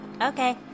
Okay